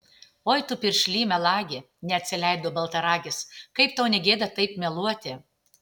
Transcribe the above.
oi tu piršly melagi neatsileido baltaragis kaip tau ne gėda taip meluoti